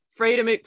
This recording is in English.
Freedom